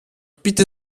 bitte